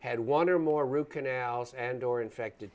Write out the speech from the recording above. had one or more root canals and or infected